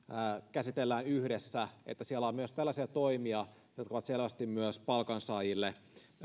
käsitellään yhdessä siellä on myös tällaisia toimia jotka ovat selvästi palkansaajille